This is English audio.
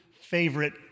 favorite